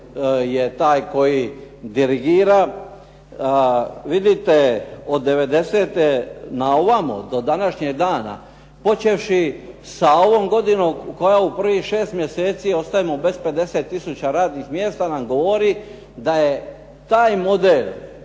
je taj koji dirigira. Vidite, od 90. na ovamo do današnjeg dana počevši sa ovom godinom koja u prvih šest mjeseci ostajemo bez 50 tisuća radnih mjesta nam govori da je taj model